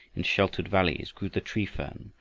in sheltered valleys, grew the tree-fern,